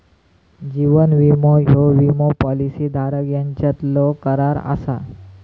जीवन विमो ह्यो विमो पॉलिसी धारक यांच्यातलो करार असा